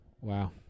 Wow